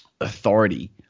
authority